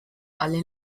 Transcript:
alle